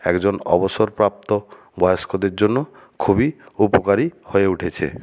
একজন অবসরপ্রাপ্ত বয়স্কদের জন্য খুবই উপকারী হয়ে উঠেছে